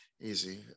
Easy